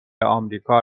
آمریکا